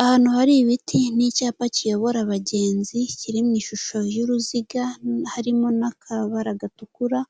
Ahantu hari ibiti n'icyapa kiyobora abagenzi, kiri mu ishusho y'uruziga harimo n'akabara gatukura,